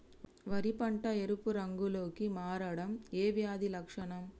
వరి పంట ఎరుపు రంగు లో కి మారడం ఏ వ్యాధి లక్షణం?